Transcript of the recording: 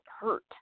hurt